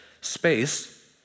space